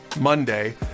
Monday